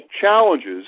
challenges